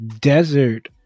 desert